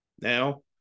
now